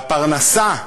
והפרנסה,